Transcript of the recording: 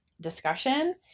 discussion